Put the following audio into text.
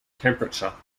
temperature